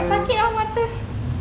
sakit ah mata